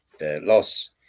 loss